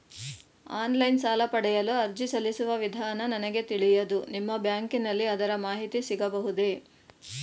Online ಸಾಲ ಪಡೆಯಲು ಅರ್ಜಿ ಸಲ್ಲಿಸುವ ವಿಧಾನ ನನಗೆ ತಿಳಿಯದು ನಿಮ್ಮ ಬ್ಯಾಂಕಿನಲ್ಲಿ ಅದರ ಮಾಹಿತಿ ಸಿಗಬಹುದೇ?